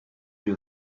you